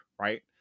Right